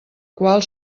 qual